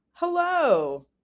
Hello